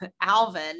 alvin